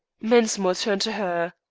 mensmore turned to her.